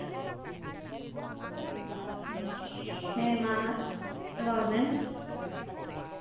ᱦᱮᱸᱢᱟ ᱨᱚᱲ ᱵᱮᱱ